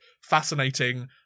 fascinating